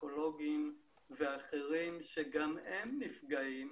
פסיכולוגים ואחרים שגם הם נפגעים,